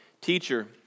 Teacher